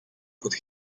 could